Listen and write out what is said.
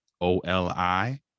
O-L-I